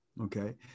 okay